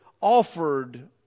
offered